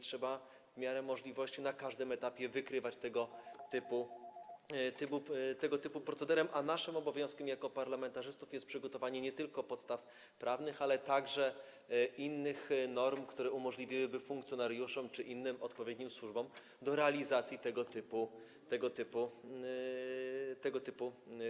Trzeba w miarę możliwości na każdym etapie wykrywać tego typu proceder, a naszym obowiązkiem jako parlamentarzystów jest przygotowanie nie tylko podstaw prawnych, ale także innych norm, które umożliwiłyby funkcjonariuszom czy innym odpowiednim służbom realizację tego typu przepisów.